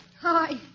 Hi